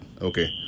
Okay